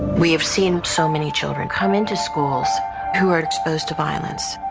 we have seen so many children come into schools who are exposed to violence,